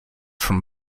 from